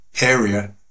area